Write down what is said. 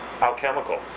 alchemical